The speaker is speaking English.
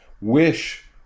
wish